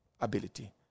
ability